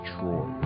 Troy